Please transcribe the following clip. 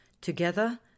Together